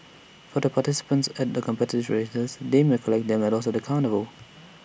for the participants of the competitive races they may collect their medals at the carnival